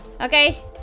Okay